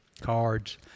cards